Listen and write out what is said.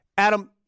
Adam